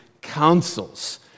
councils